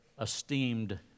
esteemed